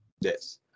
Yes